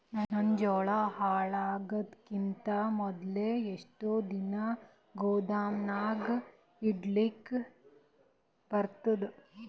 ನನ್ನ ಜೋಳಾ ಹಾಳಾಗದಕ್ಕಿಂತ ಮೊದಲೇ ಎಷ್ಟು ದಿನ ಗೊದಾಮನ್ಯಾಗ ಇಡಲಕ ಬರ್ತಾದ?